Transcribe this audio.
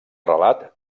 relat